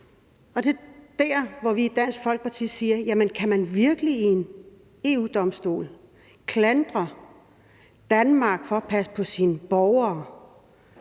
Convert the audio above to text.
Og det er der, hvor vi i Dansk Folkeparti siger: Jamen kan man virkelig ved en EU-Domstol klandre Danmark for at passe på sine borgere